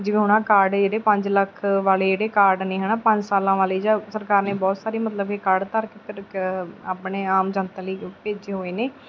ਜਿਵੇਂ ਹੁਣ ਆਹ ਕਾਰਡ ਇਹਦੇ ਪੰਜ ਲੱਖ ਵਾਲੇ ਜਿਹੜੇ ਕਾਰਡ ਨੇ ਹੈ ਨਾ ਪੰਜ ਸਾਲਾਂ ਵਾਲੇ ਜਾਂ ਸਰਕਾਰ ਨੇ ਬਹੁਤ ਸਾਰੇ ਮਤਲਬ ਇਹ ਕਾਰਡ ਧਾਰਕ ਆਪਣੇ ਆਮ ਜਨਤਾ ਲਈ ਉਹ ਭੇਜੇ ਹੋਏ ਨੇ